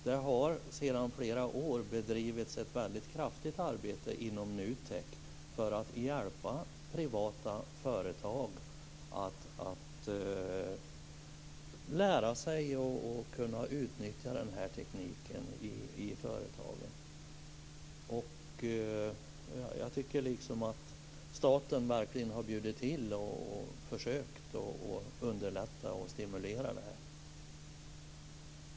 Det har sedan flera år bedrivits ett väldigt kraftfullt arbete inom NUTEK för att hjälpa privata företag att lära sig att utnyttja tekniken i företagen. Staten har verkligen bjudit till och försökt att underlätta och stimulera det.